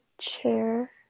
chair